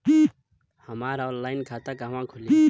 हमार ऑनलाइन खाता कहवा खुली?